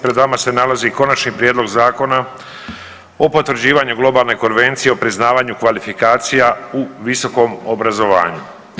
Pred vama se nalazi Konačni prijedlog zakona o potvrđivanju Globalne konvencije o priznavanju kvalifikacija u visokom obrazovanju.